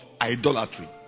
idolatry